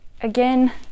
again